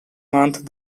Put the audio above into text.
month